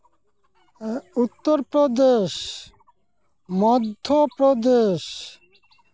Uttar Pradesh Madhya Pradesh